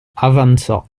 avanzò